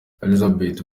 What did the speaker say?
elisabeth